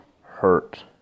hurt